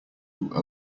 who